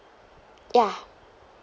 ya